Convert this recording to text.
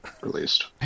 released